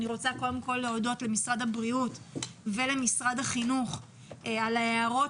אני רוצה קודם כל להודות למשרד הבריאות ולמשרד החינוך על ההערות